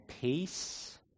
peace